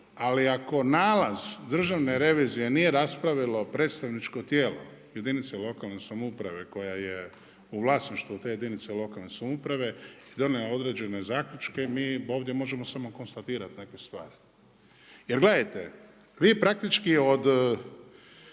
Ali ako nalaz Državne revizije nije raspravilo predstavničko tijelo lokalne samouprave koja je u vlasništvu te jedinice lokalne samouprave i donijela određene zaključke mi ovdje možemo samo konstatirati neke stvari. Jer gledajte, vi praktički od